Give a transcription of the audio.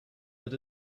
but